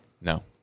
No